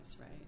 right